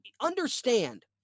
understand